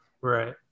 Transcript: right